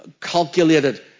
calculated